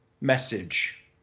message